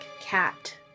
cat